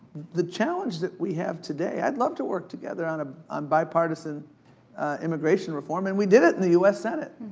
the challenge that we have today, i'd love to work together on ah um bipartisan immigration reform. and we did it in the us senate.